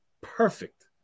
perfect